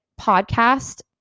podcast